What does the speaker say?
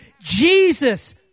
Jesus